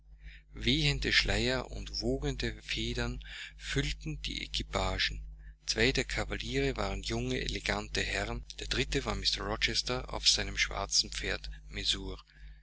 wehende schleier und wogende federn füllten die equipagen zwei der kavaliere waren junge elegante herren der dritte war mr rochester auf seinem schwarzen pferde messour